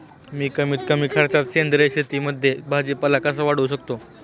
मी कमीत कमी खर्चात सेंद्रिय शेतीमध्ये भाजीपाला कसा वाढवू शकतो?